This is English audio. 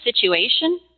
situation